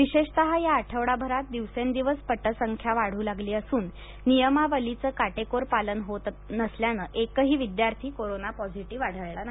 विशेषत या आठवडाभरात दिवसेंदिवस पटसंख्या वाढू लागली असून नियमावलीचे काटेकोर पालन होत असल्यानं एकही विद्यार्थी कोरोना पॉझिटिव्ह आढळला नाही